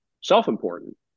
self-important